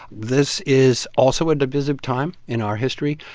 this is also a divisive time in our history,